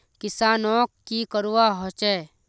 किसानोक की करवा होचे?